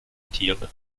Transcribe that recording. tiere